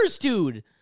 dude